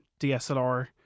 DSLR